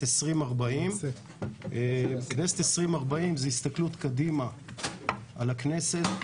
2040. כנסת 2040 זו הסתכלות קדימה על הכנסת,